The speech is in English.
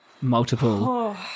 multiple